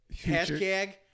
Hashtag